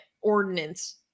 ordinance